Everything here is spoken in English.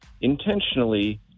intentionally